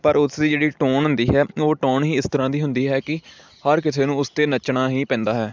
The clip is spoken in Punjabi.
ਪਰ ਉਸਦੀ ਜਿਹੜੀ ਟੋਨ ਹੁੰਦੀ ਹੈ ਓਹ ਟੋਨ ਹੀ ਇਸ ਤਰ੍ਹਾਂ ਦੀ ਹੁੰਦੀ ਹੈ ਕਿ ਹਰ ਕਿਸੇ ਨੂੰ ਉਸ 'ਤੇ ਨੱਚਣਾ ਹੀ ਪੈਂਦਾ ਹੈ